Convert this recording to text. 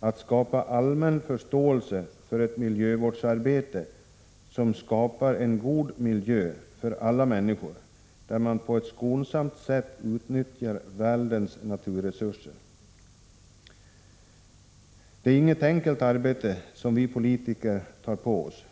gäller att skapa allmän förståelse för ett miljövårdsarbete som ger alla människor en god miljö, där man på ett skonsamt sätt utnyttjar världens naturresurser. Det är inget enkelt arbete som vi politiker tar på oss.